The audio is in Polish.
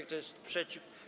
Kto jest przeciw?